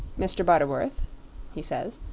mr. butterworth he says,